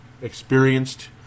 experienced